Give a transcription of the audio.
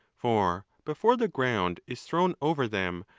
for before the ground is thrown over them,